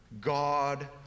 God